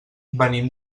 venim